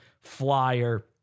flyer